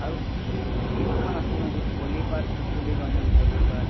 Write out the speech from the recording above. আৰু কিছুমান আছে নহয় কি পলি পাট বুলি কয়নে পলি পাট